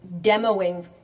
demoing